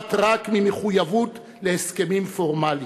נובעת רק ממחויבות להסכמים פורמליים,